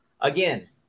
Again